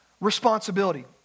responsibility